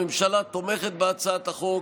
הממשלה תומכת בהצעת החוק,